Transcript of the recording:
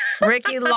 Ricky